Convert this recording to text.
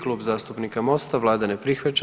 Klub zastupnika Mosta, Vlada ne prihvaća.